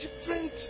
different